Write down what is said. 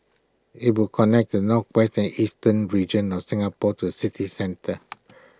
IT will connect the northwestern and eastern regions of Singapore to the city centre